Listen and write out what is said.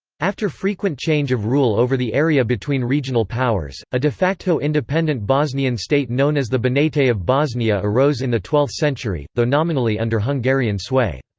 after frequent change of rule over the area between regional powers, a de facto independent bosnian state known as the banate of bosnia arose in the twelfth century, though nominally under hungarian sway.